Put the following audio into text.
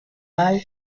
mal